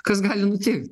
kas gali nutikt